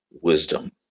wisdom